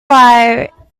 are